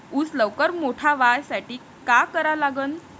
ऊस लवकर मोठा व्हासाठी का करा लागन?